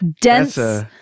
dense